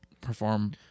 perform